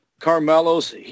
Carmelo's